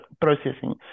processing